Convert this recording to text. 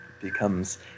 becomes